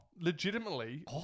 legitimately